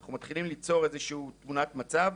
אנחנו מתחילים ליצור איזושהי תמונת מצב.